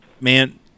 Man